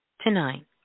tonight